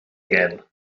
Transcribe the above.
again